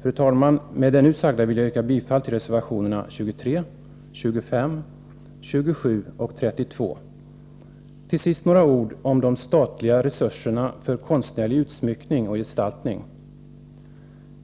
Fru talman! Med det nu sagda vill jag yrka bifall till reservationerna 23, 25, 27 och 32. Till sist några ord om de statliga resurserna för konstnärlig utsmyckning och gestaltning.